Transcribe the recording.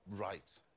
right